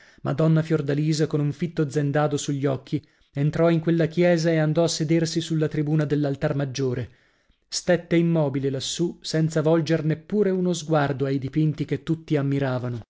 madonna fiordalisa con un fitto zendado sugli occhi entrò in quella chiesa e andò a sedersi sulla tribuna dell'altar maggiore stette immobile lassù senza volger neppure uno sguardo ai dipinti che tutti ammiravano